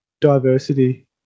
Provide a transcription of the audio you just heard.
diversity